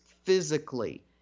physically